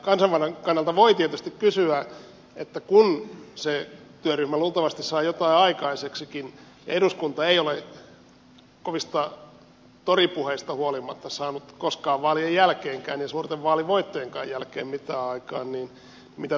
kansanvallan kannalta voi tietysti kysyä että kun se työryhmä luultavasti saa jotain aikaiseksikin ja eduskunta ei ole kovista toripuheista huolimatta saanut koskaan vaalien jälkeenkään ja suurten vaalivoittojenkaan jälkeen mitään aikaan niin mitä tapahtuu